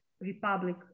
Republic